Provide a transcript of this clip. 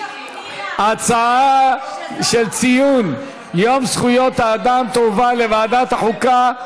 ההצעה של ציון יום זכויות האדם תועבר לוועדת החוקה,